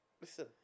Listen